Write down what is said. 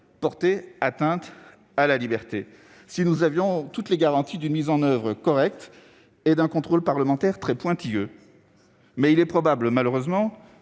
porter atteinte aux libertés, si nous avions toutes les garanties d'une mise en oeuvre correcte et d'un contrôle parlementaire très pointilleux. Mais il est probable, malheureusement,